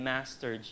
Master